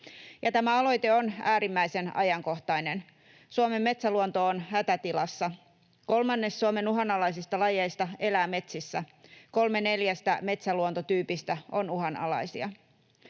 Tämä aloite on äärimmäisen ajankohtainen. Suomen metsäluonto on hätätilassa. Kolmannes Suomen uhanalaisista lajeista elää metsissä. Kolme neljästä metsäluontotyypistä on uhanalaisia.